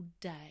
day